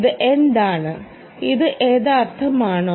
ഇത് എന്താണ് ഇത് യഥാർത്ഥമാണോ